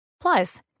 Plus